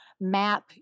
map